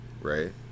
right